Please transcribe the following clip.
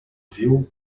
viu